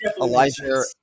Elijah